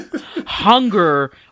hunger